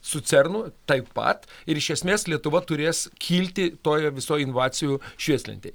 su cernu taip pat ir iš esmės lietuva turės kilti toje visoje inovacijų švieslentėj